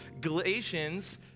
Galatians